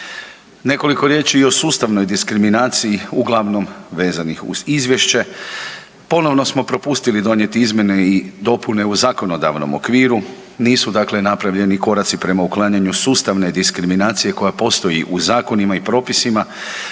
Nekoliko riječi i o sustavnoj diskriminaciji uglavnom vezanih uz izvješće. Ponovno smo propustili donijeti izmjene i dopune u zakonodavnom okviru, nisu dakle napravljeni koraci prema uklanjanju sustavne diskriminacije koja postoji u zakonima i propisima